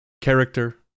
character